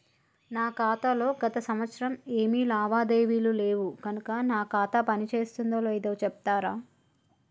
నా ఖాతా లో గత సంవత్సరం ఏమి లావాదేవీలు లేవు కనుక నా ఖాతా పని చేస్తుందో లేదో చెప్తరా?